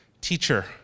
teacher